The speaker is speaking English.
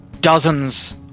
dozens